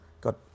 got